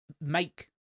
make